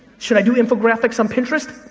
should i do infographics on pinterest?